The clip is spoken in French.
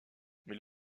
mais